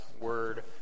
word